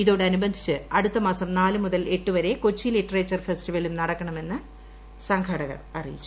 ഇതോടനുബന്ധിച്ച് അടുത്ത മാസം നാല് മുതൽ എട്ട് വരെ കൊച്ചി ലിറ്ററച്ചർ ഫെസ്റ്റിവലും നടത്തുമെന്ന് സംഘാടകർ അറിയിച്ചു